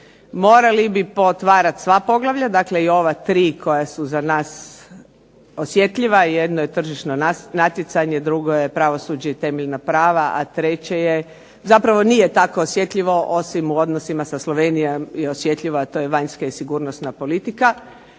morali bi pootvarati sva poglavlja, dakle i ova 3 koja su za nas osjetljiva. Jedno je Tržišno natjecanje, drugo je Pravosuđe i temeljna prava, i treće koje je osjetljivo, zapravo nije tako osjetljivo osim u odnosima sa Slovenijom je osjetljivo, a to je Vanjska i sigurnosna politika